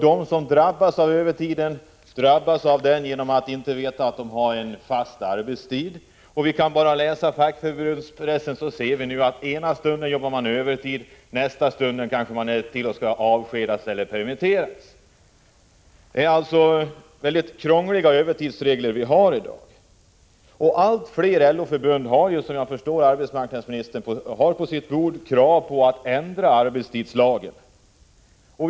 De som drabbas av övertiden har inte en fast arbetstid, som de vet om. I fackförbundspressen kan vi läsa att ena dagen jobbar man övertid, och nästa dag kanske man skall till att avskedas eller permitteras. Det är mycket krångliga övertidsregler vi i dag har. Allt fler LO-förbund ställer krav — jag förstår att arbetsmarknadsministern har dem på sitt bord — på att arbetstidslagen skall ändras.